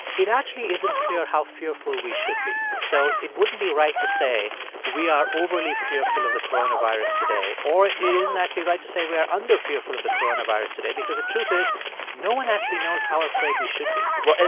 it actually isn't clear how fearful we should be. so it wouldn't be right to say we are overly fearful of the coronavirus today, or it it isn't actually right to say we are underfearful of the coronavirus today because the truth is no one actually knows how afraid we should be well,